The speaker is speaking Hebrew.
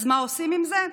אז מה עושים עם זה?